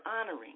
honoring